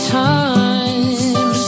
time